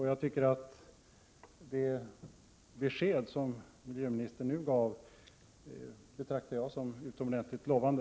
Jag betraktar det besked som miljöministern nu gav som utomordentligt lovande.